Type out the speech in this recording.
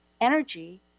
energy